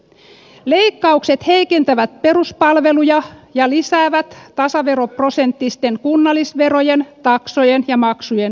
leikkaukset heikentävät peruspalveluja ja lisäävät tasaveroprosenttisten kunnallisverojen taksojen ja maksujen nousupaineita